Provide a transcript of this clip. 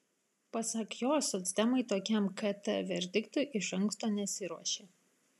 pasak jo socdemai tokiam kt verdiktui iš anksto nesiruošė